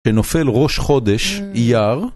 כנופל ראש חודש, יער